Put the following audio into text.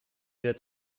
wird